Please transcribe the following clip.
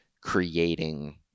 creating